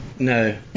No